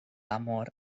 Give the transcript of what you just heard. amor